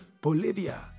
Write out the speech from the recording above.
Bolivia